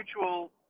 mutual